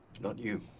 not you.